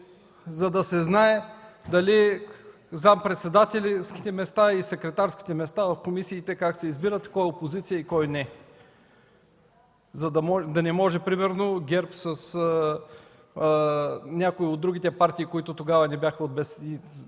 За да се знае заместник-председателските места и секретарските места в комисиите как се избират, кой е опозиция и кой – не, за да не може, примерно, ГЕРБ с някои от другите партии, които тогава не бяха БСП и